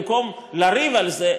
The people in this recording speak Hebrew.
במקום לריב על זה,